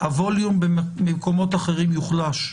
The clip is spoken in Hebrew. הווליום במקומות אחרים יוחלש,